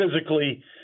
physically